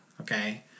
okay